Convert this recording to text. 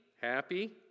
Happy